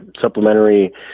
supplementary